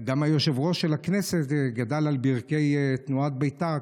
גם היושב-ראש של הכנסת גדל על ברכי תנועת בית"ר,